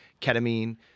Ketamine